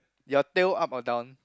your tail up or down